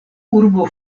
urbo